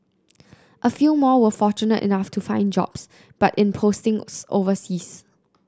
a few more were fortunate enough to find jobs but in postings overseas